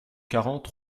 quarante